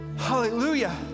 Hallelujah